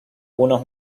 unos